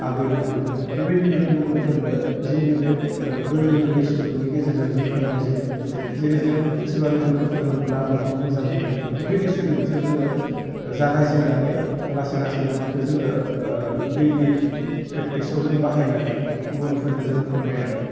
आगै होननानै बुङो बेबायदिनो जों गुबुनफोरनो जोंनि बे गोरलै गोरलै सोदोबनि गेजेरजों जों फोरमायजेनो जेरै जों सोरबा लोगोखौ फोरोङोब्ला आं नोंखौ मोजां मोनो बेफोरबायदि सोदोबजों जोङो जागायजेन्नानै लासै लासै मा बेखौ जोङो दैलि प्रेकटिसाव जों बाहायनानै गुबुनफोरनो जों फोरमायलाङो